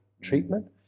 treatment